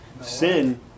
sin